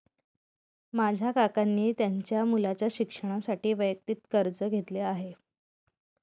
माझ्या काकांनी त्यांच्या मुलाच्या शिक्षणासाठी वैयक्तिक कर्ज घेतले आहे